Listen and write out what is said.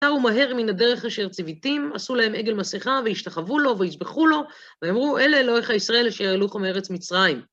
סרו מהר מן הדרך אשר צוויתים, עשו להם עגל מסכה, והשתחו לו, ויזבחו לו, והם אמרו, אלה אלוהיך הישראל אשר העלוכם מרץ מצרים.